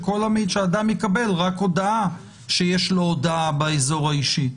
שאדם יקבל רק הודעה שיש לו הודעה באזור האישי.